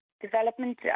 development